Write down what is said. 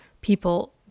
people